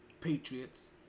Patriots